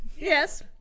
yes